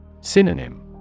Synonym